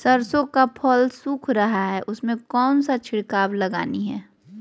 सरसो का फल सुख रहा है उसमें कौन सा छिड़काव लगानी है?